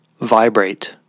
vibrate